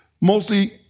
mostly